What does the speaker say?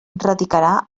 radicarà